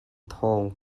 thawng